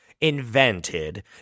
invented